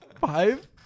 Five